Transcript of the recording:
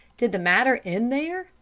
did the matter end there?